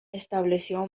estableció